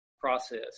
process